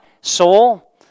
soul